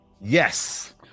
Yes